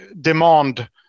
demand